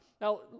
Now